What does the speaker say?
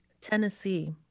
Tennessee